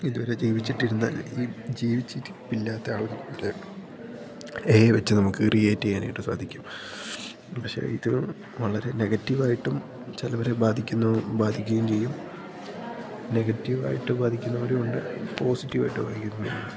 ഇതുവരെ ജീവിച്ചിട്ടിരുന്ന ഈ ജീവിച്ചിരിപ്പില്ലാത്ത ആളുകളെ ഏ ഐ വെച്ച് നമുക്ക് ക്രിയേറ്റ് ചെയ്യാനായിട്ട് സാധിക്കും പക്ഷെ ഇത് വളരെ നെഗറ്റീവ് ആയിട്ടും ചെലവരെ ബാധിക്കുന്നു ബാധിക്കുകയും ചെയ്യും നെഗറ്റീവ് ആയിട്ട് ബാധിക്കുന്നവരുമുണ്ട് പോസിറ്റീവ് ആയിട്ട് ബാധിക്കുന്നവരും